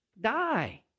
die